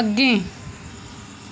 अग्गें